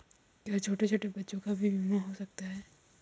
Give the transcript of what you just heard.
क्या छोटे छोटे बच्चों का भी बीमा हो सकता है?